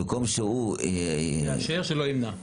במקום שהוא יאשר, שלא ימנע.